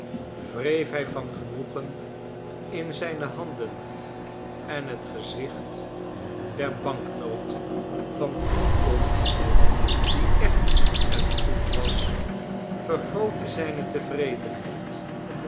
wreef hij van genoegen in zijne handen en het gezicht der banknoot van tien pond die echt en goed was vergrootte zijne tevredenheid